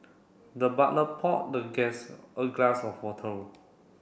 the butler poured the guest a glass of water